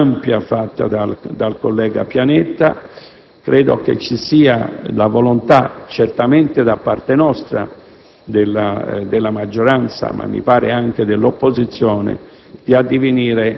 relazione fatta dal collega Pianetta e credo che vi sia la volontà, certamente da parte nostra, della maggioranza - ma mi pare anche dell'opposizione